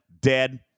Dead